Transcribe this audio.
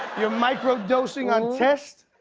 you're micro-dosing on test?